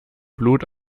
blut